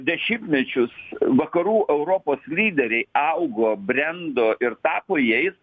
dešimtmečius vakarų europos lyderiai augo brendo ir tapo jais